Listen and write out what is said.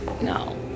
No